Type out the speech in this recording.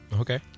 Okay